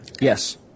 Yes